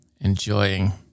enjoying